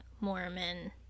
Mormon